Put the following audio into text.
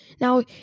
Now